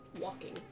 walking